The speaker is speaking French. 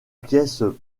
pièces